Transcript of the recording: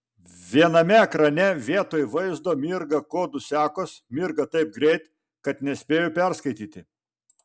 viename ekrane vietoj vaizdo mirga kodų sekos mirga taip greit kad nespėju perskaityti